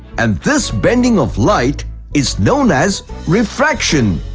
and, this bending of light is known as refraction.